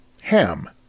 Ham